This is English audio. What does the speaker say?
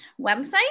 website